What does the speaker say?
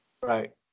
Right